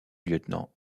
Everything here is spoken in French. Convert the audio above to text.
lieutenant